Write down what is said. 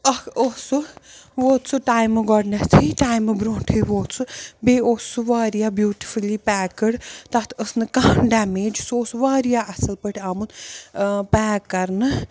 اَکھ اوس سُہ ووت سُہ ٹایمہٕ گۄڈنٮ۪تھٕے ٹایمہٕ برونٛٹھٕے ووت سُہ بیٚیہِ اوس سُہ واریاہ بیوٗٹِفلی پٮ۪کٕڈ تَتھ ٲس نہٕ کانٛہہ ڈمیج سُہ اوس واریاہ اَصٕل پٲٹھۍ آمُت پیک کَرنہٕ